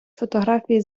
фотографії